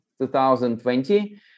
2020